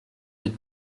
êtes